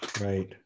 Right